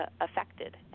affected